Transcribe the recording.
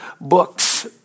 books